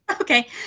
Okay